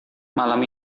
malam